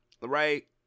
right